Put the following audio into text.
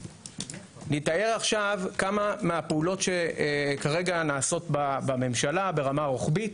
נתאר עכשיו כמה מהפעולות שכרגע נעשות בממשלה ברמה רוחבית